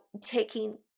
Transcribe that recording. taking